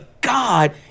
God